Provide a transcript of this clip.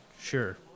Sure